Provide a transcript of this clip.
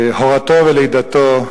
הורתו ולידתו,